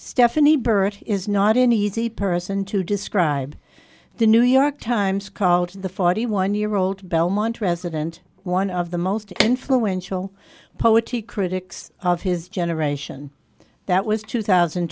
stephanie barrett is not an easy person to describe the new york times called the forty one year old belmont resident one of the most influential poetry critics of his generation that was two thousand